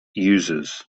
users